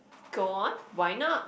go on why not